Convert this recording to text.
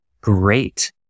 great